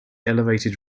elevated